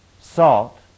Salt